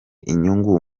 inyungu